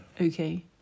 Okay